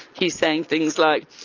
he's saying things like,